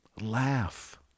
Laugh